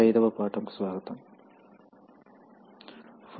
industrial automation course యొక్క flow control valves 25 వ పాఠం కు స్వాగతం